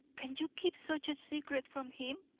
can you keep such a secret from him?